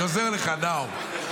אני עוזר לך, נאור.